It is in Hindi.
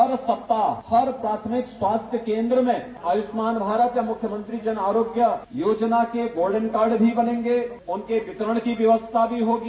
हर सप्ताह हर प्राथमिक स्वास्थ्य केन्द्र में आयुष्मान भारत या मुख्यमंत्री जन आरोग्य योजना के गोल्डन कार्ड भी बनेंगें उनके वितरण की व्यवस्था भी होगी